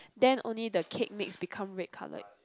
then only the cake mix become red color